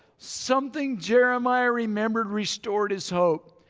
something jeremiah remembered restored his hope.